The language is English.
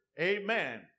Amen